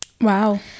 Wow